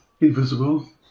invisible